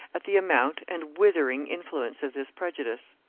at the amount and withering influence of this prejudice.